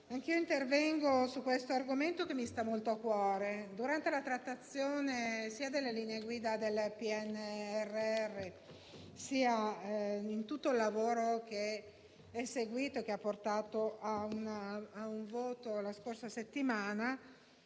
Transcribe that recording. anch'io intervengo su questo argomento, che mi sta molto a cuore. Sia durante la trattazione delle linee guida del PNRR, sia in tutto il lavoro che ne è seguito e che ha portato a un voto la scorsa settimana,